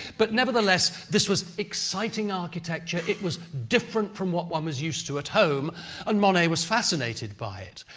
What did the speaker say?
but nevertheless, this was exciting architecture, it was different from what one was used to at home and monet was fascinated by it.